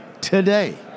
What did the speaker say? Today